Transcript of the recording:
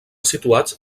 situats